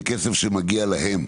זה כסף שמגיע להם.